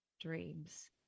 dreams